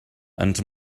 ens